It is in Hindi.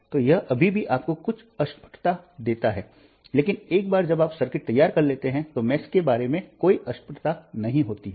तो यह अभी भी आपको कुछ अस्पष्टता देता है लेकिन एक बार जब आप सर्किट तैयार कर लेते हैं तो मेष के बारे में कोई अस्पष्टता नहीं होती है